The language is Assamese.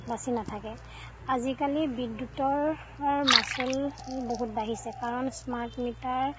বাচি নাথাকে আজিকালি বিদ্যুতৰ মাচুল বহুত বাঢ়িছে কাৰণ স্মাৰ্ট মিটাৰ